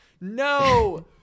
no